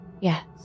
Yes